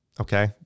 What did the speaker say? Okay